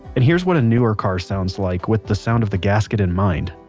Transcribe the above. and here's what a newer car sounds like with the sound of the gasket in mind